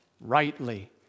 rightly